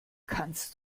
kannst